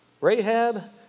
Rahab